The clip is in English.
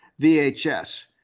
VHS